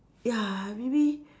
ya maybe